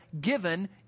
given